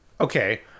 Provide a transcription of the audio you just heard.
Okay